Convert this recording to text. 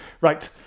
Right